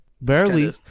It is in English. Barely